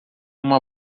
uma